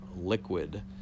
liquid